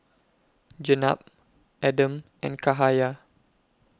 Jenab Adam and Cahaya